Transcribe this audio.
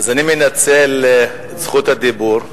אז אני מנצל את זכות הדיבור.